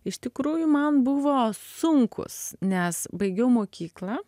iš tikrųjų man buvo sunkūs nes baigiau mokyklą